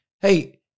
hey